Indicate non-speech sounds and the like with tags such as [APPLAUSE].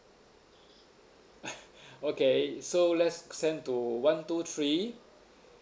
[LAUGHS] okay so let's send to one two three